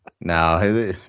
No